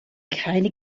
keine